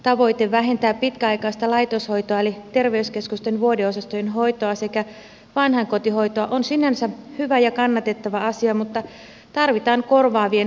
tavoite vähentää pitkäaikaista laitoshoitoa eli terveyskeskusten vuodeosastojen hoitoa sekä vanhainkotihoitoa on sinänsä hyvä ja kannatettava asia mutta tarvitaan korvaavien hoitomuotojen selvitystä